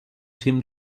cim